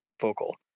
vocal